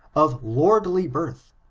of lordly birth,